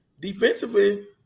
defensively